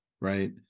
right